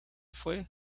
fue